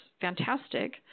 fantastic